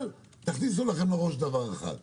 אבל תכניסו לכם לראש דבר אחד: